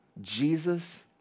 Jesus